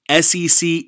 SEC